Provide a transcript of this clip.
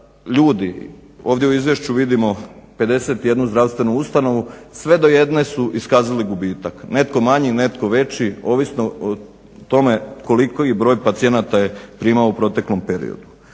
ljudi ovdje u izvješću vidimo 51 zdravstvenu ustanovu, sve do jedne su iskazali gubitak. Netko manji, netko već ovisno o tome koliki broj pacijenata je primao u proteklom periodu.